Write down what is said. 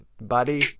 Buddy